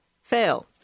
Fail